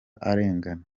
arengana